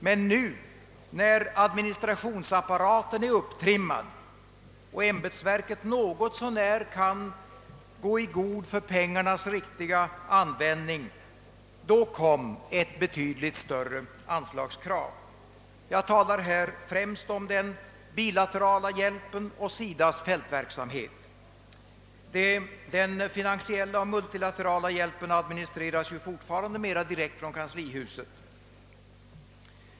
Men nu, när administrationsapparaten är upptrimmad och ämbetsverket något så när kunde gå i god för pengarnas riktiga användning, kom ett betydligt större anslagskrav. Jag talar här främst om den bilaterala hjälpen och SIDA:s fältverksamhet. Den finansiella och multilaterala hjälpen administreras ju fortfarande mer direkt från Kanslihuset.